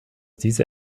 diese